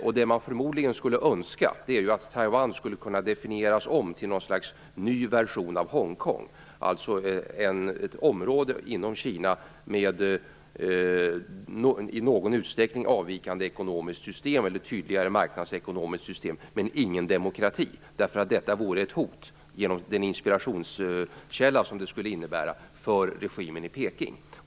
Det som man förmodligen skulle önska är att Taiwan skulle kunna definieras om till något slags ny version av Hongkong, alltså ett område inom Kina med i någon utsträckning avvikande ekonomiskt system eller ett tydligare marknadsekonomiskt system men utan demokrati, eftersom en sådan vore ett hot genom den inspirationskälla som den skulle innebära gentemot regimen i Peking.